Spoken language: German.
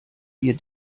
wir